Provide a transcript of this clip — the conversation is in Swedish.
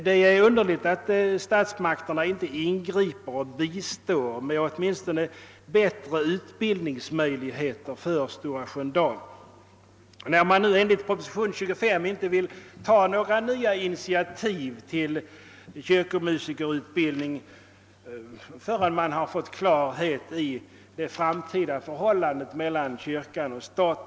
Det är underligt att statsmakterna i detta svåra läge inte ingriper och åtminstone bistår med bättre utbildningsmöjligheter för Stora Sköndal, när man nu enligt propositionen 25 in te vill ta några nya initiativ till kyrkomusikerutbildning förrän man fått klarhet i det framtida förhållandet kyrka— stat.